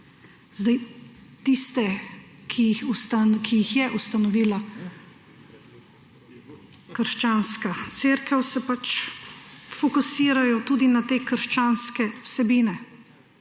Tiste, ki jih je ustanovila krščanska cerkev, se pač fokusirajo tudi na te krščanske vsebine,